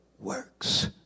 works